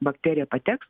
bakterija pateks